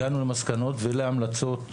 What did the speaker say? הגענו למסקנות ולהמלצות.